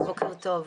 בוקר טוב.